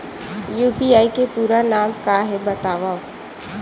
UPI के पूरा नाम का हे बतावव?